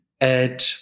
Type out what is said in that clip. Ed